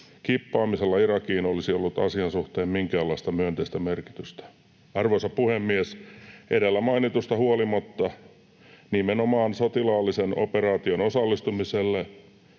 kippaamisella Irakiin olisi ollut asian suhteen minkäänlaista myönteistä merkitystä. Arvoisa puhemies! Edellä mainitusta huolimatta nimenomaan sotilaalliseen operaatioon osallistumisen